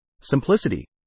simplicity